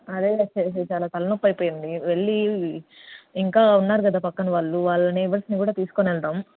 అదేలే శేషు చాలా తలనొప్పి అయిపోయింది వెళ్ళి ఇంకా ఉన్నారు కదా పక్కన వాళ్ళు వాళ్ళ నైబర్స్ని కూడా తీస్కోని వెళ్దాము